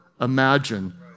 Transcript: imagine